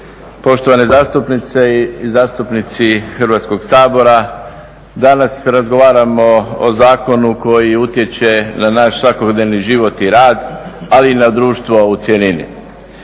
poštovane zastupnice i zastupnici Hrvatskoga sabora. Danas razgovaramo o Zakonu koji utječe na naš svakodnevni život i rad ali i na društvo u cjelini.